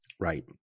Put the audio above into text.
Right